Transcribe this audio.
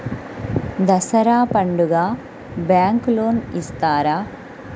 దసరా పండుగ bank loan ఇస్తారా?